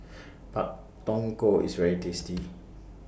Pak Thong Ko IS very tasty